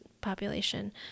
population